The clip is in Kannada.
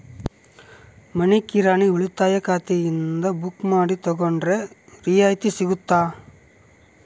ಮನಿ ಕಿರಾಣಿ ಉಳಿತಾಯ ಖಾತೆಯಿಂದ ಬುಕ್ಕು ಮಾಡಿ ತಗೊಂಡರೆ ರಿಯಾಯಿತಿ ಸಿಗುತ್ತಾ?